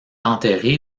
enterré